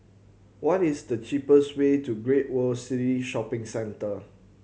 what is the cheapest way to Great World City Shopping Centre